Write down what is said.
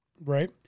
Right